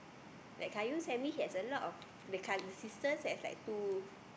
like Qayyum send me he has a lot of the cous~ the sisters has like two